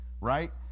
right